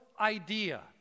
idea